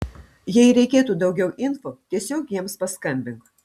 jei reikėtų daugiau info tiesiog jiems paskambink